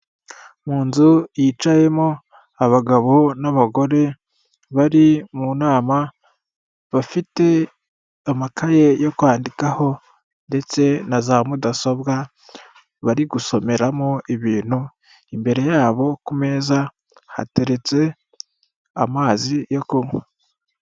Mu nzu yicayemo abagabo n'abagore bari mu nama, bafite amakaye yo kwandikaho, ndetse na za mudasobwa bari gusomeramo ibintu, imbere yabo ku meza hateretse amazi yo kunywa.